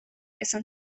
esan